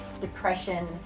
depression